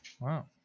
Wow